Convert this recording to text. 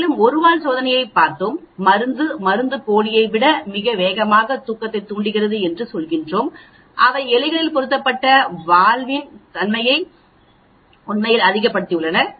மேலும் ஒரு வால் சோதனையைப் பார்த்தோம் மருந்து மருந்து மருந்துப்போலியை விட மிக வேகமாக தூக்கத்தைத் தூண்டுகிறது என்று சொல்கிறோம் அவை எலிகளில் பொருத்தப்படும்போது அவை வால்வில் இருந்தன உண்மையில் அவை அதிகம்